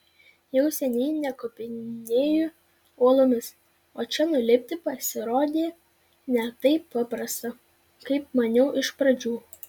jau seniai nekopinėju uolomis o čia nulipti pasirodė ne taip paprasta kaip maniau iš pradžių